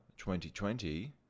2020